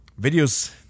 videos